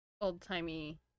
old-timey